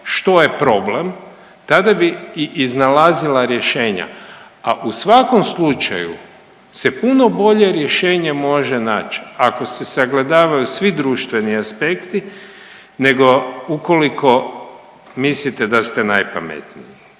što je problem tada bi i iznalazila rješenja, a u svakom slučaju se puno bolje rješenje može naći ako se sagledavaju svi društveni aspekti nego ukoliko mislite da ste najpametniji.